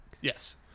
Yes